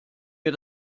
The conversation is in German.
wir